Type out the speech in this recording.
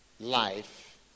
life